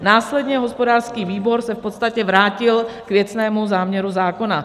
Následně se hospodářský výbor v podstatě vrátil k věcnému záměru zákona.